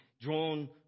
drawn